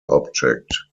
object